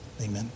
Amen